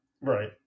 Right